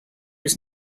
was